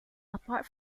apart